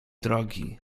drogi